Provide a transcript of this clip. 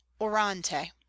orante